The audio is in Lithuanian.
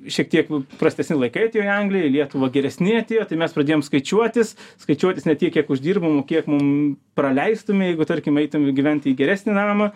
šiek tiek prastesni laikai atėjo angliją į lietuvą geresni atėjo tai mes pradėjom skaičiuotis skaičiuotis ne tiek kiek uždirbam o kiek mum praleistume jeigu tarkim eitume gyventi į geresnį namą